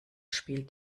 spielt